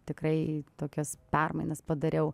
tikrai tokias permainas padariau